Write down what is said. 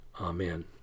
Amen